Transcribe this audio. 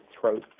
throat